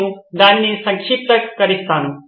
నేను దానిని సంక్షిప్తీకరిస్తాను